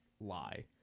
lie